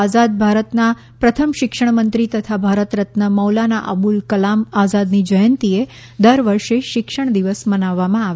આઝાદ ભારતના પ્રથમ શિક્ષણમંત્રી તથા ભારતરત્ન મૌલાના અબુલ કલામ આઝાદની જયંતિએ દર વર્ષે શિક્ષણ દિવસ મનાવવામાં આવે છે